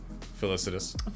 Felicitous